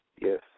Yes